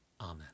Amen